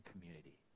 community